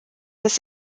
des